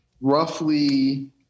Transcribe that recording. roughly